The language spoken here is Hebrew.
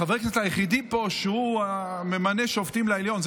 חבר הכנסת היחיד פה שממנה שופטים לעליון,